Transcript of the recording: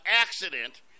accident